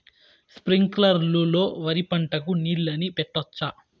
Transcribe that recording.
స్ప్రింక్లర్లు లో వరి పంటకు నీళ్ళని పెట్టొచ్చా?